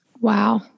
Wow